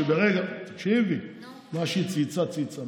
אמרתי שברגע, תקשיבי, מה שהיא צייצה, צייצה.